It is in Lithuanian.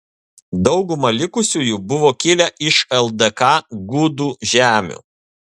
dauguma likusiųjų buvo kilę iš ldk gudų žemių